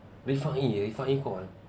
he finally he finally called